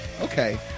Okay